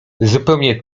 zupełnie